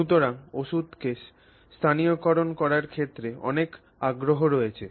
সুতরাং ওষুধকে স্থানীয়করণ করার ক্ষেত্রে অনেক আগ্রহ রয়েছে